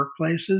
workplaces